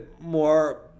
more